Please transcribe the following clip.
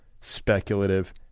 speculative